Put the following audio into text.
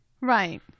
right